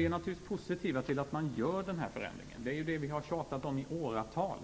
Vi är naturligtvis positiva till att man genomför den här förändringen - det har vi tjatat om i åratal: